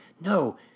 no